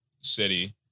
city